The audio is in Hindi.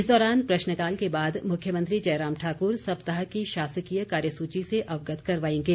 इस दौरान प्रश्नकाल के बाद मुख्यमंत्री जयराम ठाकुर सप्ताह की शासकीय कार्यसूची से अवगत करवाएंगे